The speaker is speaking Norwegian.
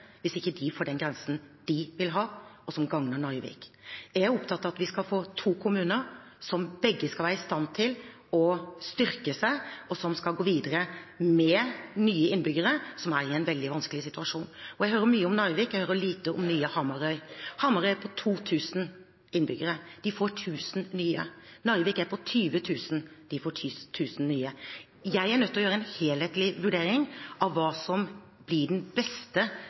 hvis de ikke får den grensen de vil ha, og som gagner Narvik. Jeg er opptatt av at vi skal få to kommuner som begge skal være i stand til å styrke seg, og som skal gå videre med nye innbyggere som er i en veldig vanskelig situasjon. Jeg hører mye om Narvik og lite om nye Hamarøy. Hamarøy har 2 000 innbyggere, de får 1 000 nye. Narvik er på 20 000, de får 1 000 nye. Jeg er nødt til å gjøre en helhetlig vurdering av hva som blir den beste